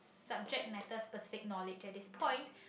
subject matter specific knowledge at this point